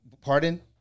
pardon